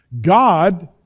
God